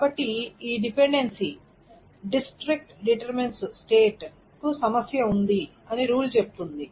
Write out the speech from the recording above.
కాబట్టి ఈ dependency district state కు సమస్య ఉంది అని రూల్ చెప్తుంది